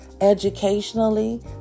educationally